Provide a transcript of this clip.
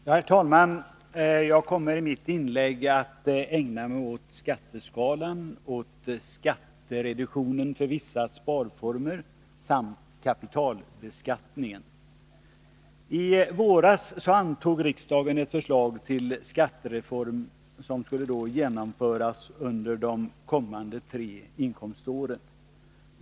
Herr talman! Jag kommer i mitt inlägg att ägna mig åt skatteskalan, skattreduktionen för vissa sparformer samt kapitalbeskattningen. I våras antog riksdagen ett förslag till skattereform att genomföras under de kommande tre inkomståren.